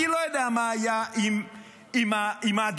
אני לא יודע מה היה עם ההדלפות,